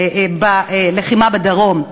בלחימה בדרום.